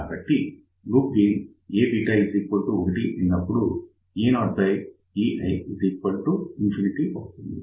కాబట్టి loop gain Aβ 1 అయినప్పుడు e0ei ∞ అవుతుంది